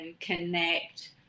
connect